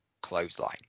clothesline